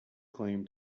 claim